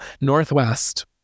Northwest